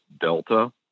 Delta